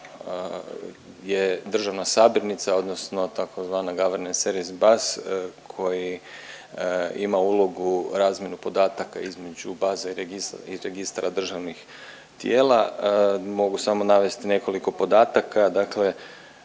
je državna sabirnica, odnosno tzv. …/Govornik se ne razumije./… koja ima ulogu razmjenu podataka između baza i registara državnih tijela. Mogu samo navesti nekoliko podataka.